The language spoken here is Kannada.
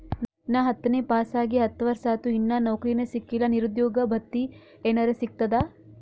ನಾ ಹತ್ತನೇ ಪಾಸ್ ಆಗಿ ಹತ್ತ ವರ್ಸಾತು, ಇನ್ನಾ ನೌಕ್ರಿನೆ ಸಿಕಿಲ್ಲ, ನಿರುದ್ಯೋಗ ಭತ್ತಿ ಎನೆರೆ ಸಿಗ್ತದಾ?